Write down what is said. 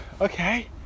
Okay